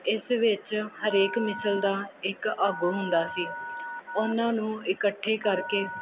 ਇਸ ਵਿੱਚ ਹਰੇਕ ਮਿਸਲ ਦਾ ਇੱਕ ਆਗੂ ਹੁੰਦਾ ਸੀ ਉਹਨਾਂ ਨੂੰ ਇਕੱਠੇ ਕਰਕੇ